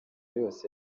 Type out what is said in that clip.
yose